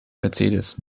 mercedes